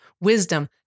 wisdom